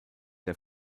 der